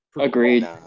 Agreed